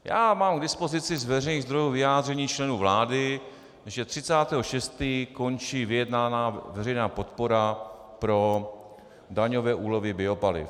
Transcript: Já mám k dispozici z veřejných zdrojů vyjádření členů vlády, že 30. 6. končí vyjednaná veřejná podpora pro daňové úlevy biopaliv...